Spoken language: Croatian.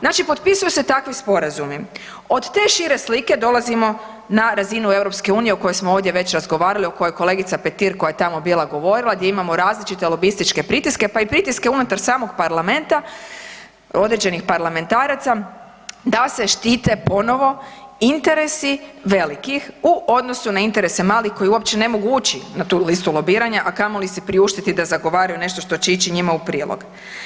Znači, potpisuju se takvi sporazumi, od te šire slike dolazimo na razinu Europske unije, o kojoj smo ovdje već razgovarali, o kojoj je kolegica Petir koja je tamo bila govorila, gdje imamo različite lobističke pritiske, pa i pritiske unutar samog Parlamenta, određenih parlamentaraca, da se štite ponovo interesi velikih u odnosu na interese malih koji uopće ne mogu ući na tu listu lobiranja, a kamoli si priuštiti da zagovaraju nešto što će ići njima u prilog.